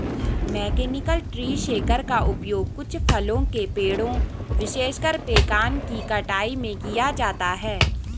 mechanical tree shaker का उपयोग कुछ फलों के पेड़ों, विशेषकर पेकान की कटाई में किया जाता है